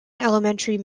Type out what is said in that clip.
elementary